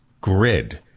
grid